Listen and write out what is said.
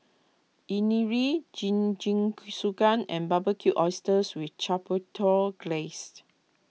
Jingisukan and Barbecued Oysters with Chipotle Glaze